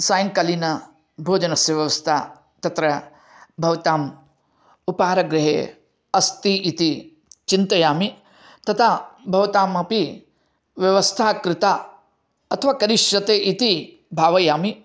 सायङ्कालिन भोजनस्य व्यवस्था तत्र भवतां उपहारगृहे अस्ति इति चिन्तयामि तथा भवतामपि व्यवस्था कृता अथवा करिष्यते इति भावयामि